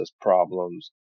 problems